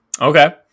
Okay